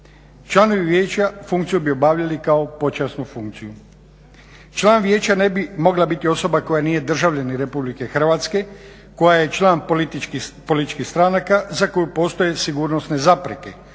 Članovi vijeća funkciju bi obavljali kao počasnu funkciju. Član vijeća ne bi mogla biti osoba koja nije državljanin Republike Hrvatske, koja je član političkih stranaka, za koju postoje sigurnosne zapreke